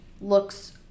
looks